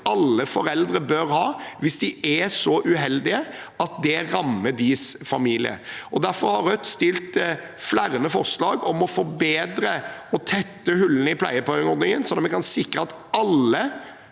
alle foreldre bør ha hvis de er så uheldige at det rammer deres familie. Derfor har Rødt fremmet flere forslag om å forbedre og tette hullene i pleiepengeordningen, slik at vi kan sikre at alle